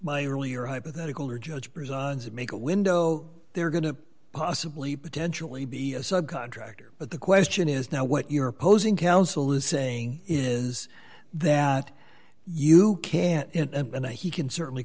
my earlier hypothetical or judge prisons that make a window they're going to possibly potentially be a subcontractor but the question is now what your opposing counsel is saying is that you can't and he can certainly